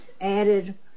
added